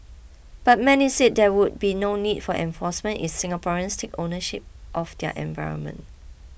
but many said there would be no need for enforcement if Singaporeans take ownership of their environment